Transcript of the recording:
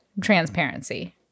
transparency